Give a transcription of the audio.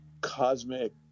cosmic